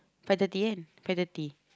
five thirty kan five thirty